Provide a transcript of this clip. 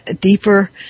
deeper